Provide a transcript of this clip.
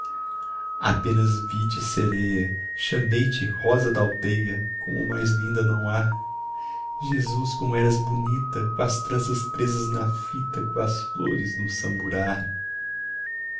apenas vi-te sereia chamei te rosa da aldeia como mais linda não há jesus como eras bonita coas tranças presas na fita coas flores no samburá